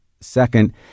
second